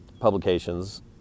publications